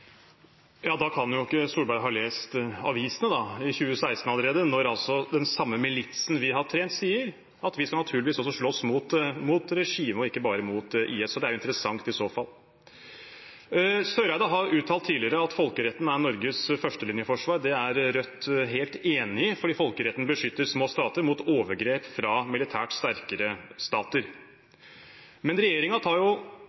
Ja, da kan jo ikke Solberg ha lest avisene – allerede i 2016 sa altså den samme militsen vi har trent, at de naturligvis også skal slåss mot regimet og ikke bare mot IS – og det er interessant i så fall. Eriksen Søreide har uttalt tidligere at folkeretten er Norges førstelinjeforsvar. Det er Rødt helt enig i fordi folkeretten beskytter små stater mot overgrep fra militært sterkere stater. Men regjeringen tar jo